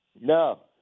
No